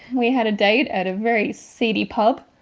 we had a date at a very seedy pub.